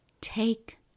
Take